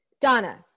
Donna